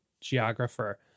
geographer